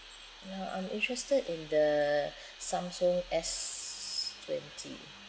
ya I'm interested in the Samsung S twenty